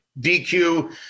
DQ